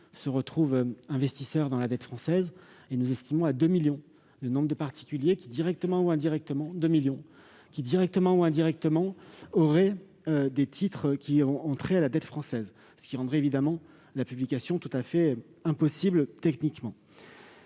se retrouvent investisseurs dans la dette française : nous estimons à 2 millions le nombre de particuliers qui, directement ou indirectement, auraient des titres ayant trait à la dette française, ce qui rendrait la publication tout à fait impossible techniquement.